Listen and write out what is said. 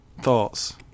Thoughts